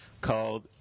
called